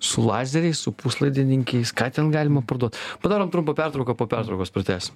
su lazeriais su puslaidininkiais ką ten galima parduot padarom trumpą pertrauką po pertraukos pratęsim